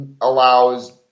allows